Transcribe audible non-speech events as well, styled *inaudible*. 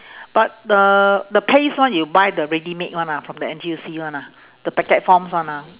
*breath* but the the paste one you buy the ready-made one ah from the N_T_U_C one ah the packet forms one ah